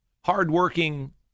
hardworking